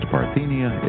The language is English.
Parthenia